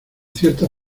cierta